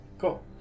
Cool